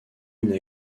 une